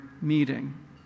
meeting